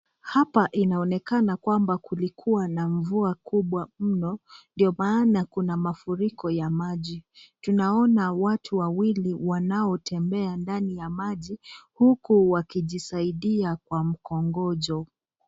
Hapa inaonekana kuwa ilikuwa na mvua kubwa mno, ndio maana kuna mafuriko ya maji. Tunaona watu wawili wanaotembea ndani ya maji, huku wakijisaidia kwa mkongojo.